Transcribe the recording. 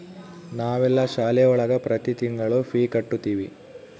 ನಾವೆಲ್ಲ ಶಾಲೆ ಒಳಗ ಪ್ರತಿ ತಿಂಗಳು ಫೀ ಕಟ್ಟುತಿವಿ